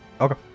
Okay